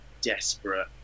desperate